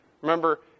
Remember